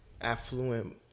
affluent